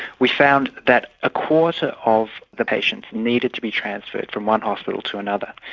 we found that a quarter of the patients needed to be transferred from one hospital to another.